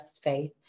faith